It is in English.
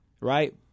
right